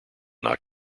not